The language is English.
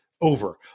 over